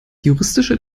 juristische